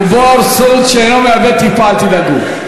הוא בור סוד שאינו מאבד טיפה, אל תדאגו.